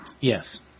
Yes